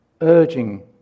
urging